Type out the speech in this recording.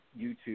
YouTube